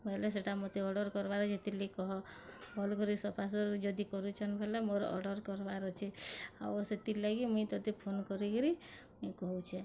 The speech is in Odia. ବଏଲେ ସେଟା ମୋତେ ଅର୍ଡ଼ର୍ କର୍ବା ଲାଗି ହେତିରଲାଗି କହ ଭଲ୍ କରି ସଫାସୁତର ଯଦି କରୁଛନ୍ ବେଲେ ମୋର୍ ଅର୍ଡ଼ର୍ କରବାର୍ ଅଛେ ଆଉ ସେତିର୍ ଲାଗି ମୁଇଁ ତୋତେ ଫୋନ୍ କରିକିରି ମୁଇଁ କହୁଛେଁ